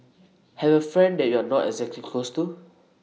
have A friend that you're not exactly close to